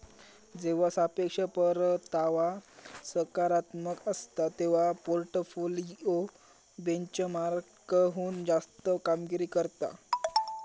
जेव्हा सापेक्ष परतावा सकारात्मक असता, तेव्हा पोर्टफोलिओ बेंचमार्कहुन जास्त कामगिरी करता